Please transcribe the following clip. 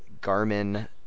Garmin